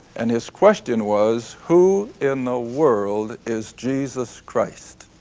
and his question was, who in the world is jesus christ?